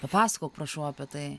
papasakok prašau apie tai